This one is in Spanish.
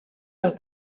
los